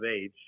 age